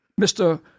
Mr